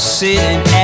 sitting